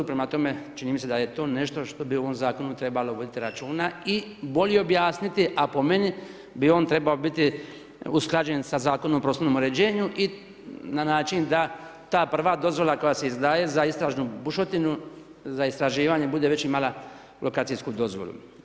Prema tome, čini mi se da je to nešto što bi u ovom zakonu trebalo voditi računa i bolje objasniti, a po meni bi on trebao biti usklađen sa Zakonom o prostornom uređenju i na način da ta prva dozvola koja se izdaje za istražnu bušotinu, za istraživanje bude već imala lokacijsku dozvolu.